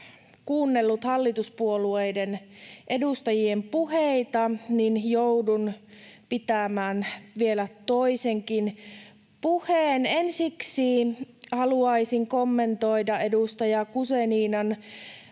kuunnellut hallituspuolueiden edustajien puheita, joudun pitämään vielä toisenkin puheen. Ensiksi haluaisin kommentoida edustaja Guzeninan